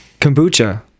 Kombucha